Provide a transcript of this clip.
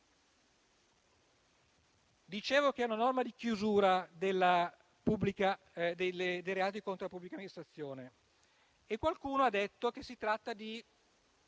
Dicevo che è una norma di chiusura dei reati contro la pubblica amministrazione. Qualcuno ha detto che si tratta di